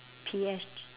P_S_P